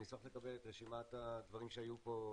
אני צריך לקבל את רשימת הדברים שהיו פה,